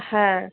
হ্যাঁ